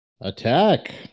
Attack